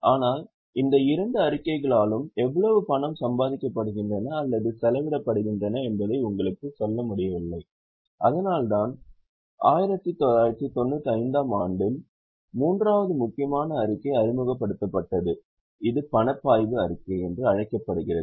ஆனால் இந்த இரண்டு அறிக்கைகளாலும் எவ்வளவு பணம் சம்பாதிக்கப்படுகின்றன அல்லது செலவிடப்படுகின்றன என்பதை உங்களால் சொல்ல முடியவில்லை அதனால்தான் 1995 ஆம் ஆண்டில் மூன்றாவது முக்கியமான அறிக்கை அறிமுகப்படுத்தப்பட்டது இது பணப்பாய்வு அறிக்கை என்று அழைக்கப்படுகிறது